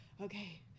okay